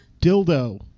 Dildo